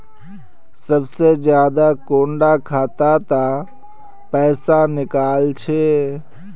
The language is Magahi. सबसे ज्यादा कुंडा खाता त पैसा निकले छे?